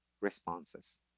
responses